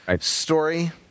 story